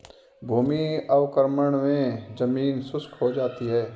भूमि अवक्रमण मे जमीन शुष्क हो जाती है